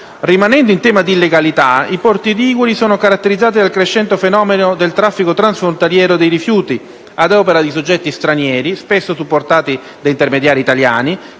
Rimanendo in tema di illegalità, i porti liguri sono caratterizzati dal crescente fenomeno del traffico transfrontaliere dei rifiuti, ad opera di soggetti stranieri spesso supportati da intermediari italiani